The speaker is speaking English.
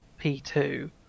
P2